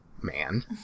man